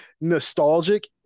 nostalgic